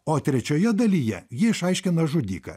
o trečioje dalyje ji išaiškina žudiką